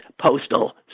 Postal